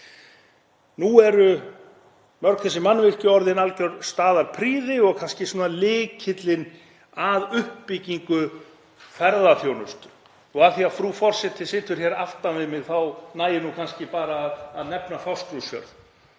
Nú eru mörg þessi mannvirki orðin alger staðarprýði og kannski lykillinn að uppbyggingu ferðaþjónustu. Af því að frú forseti situr hér aftan við mig þá nægir nú kannski bara að nefna Fáskrúðsfjörð